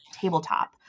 Tabletop